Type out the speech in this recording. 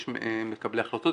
יש מקבלי החלטות,